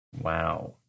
Wow